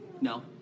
no